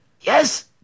Yes